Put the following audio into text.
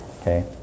Okay